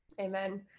amen